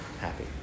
Happy